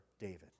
David